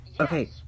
Okay